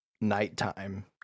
nighttime